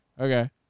Okay